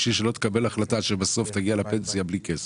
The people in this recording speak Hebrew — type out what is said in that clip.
בשביל שלא תקבל החלטה שבסוף תגיע לפנסיה בלי כסף.